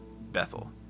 Bethel